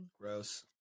Gross